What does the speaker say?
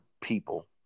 people